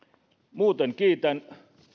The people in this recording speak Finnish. muuten kiitän